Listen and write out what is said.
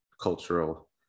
cultural